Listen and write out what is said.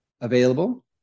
available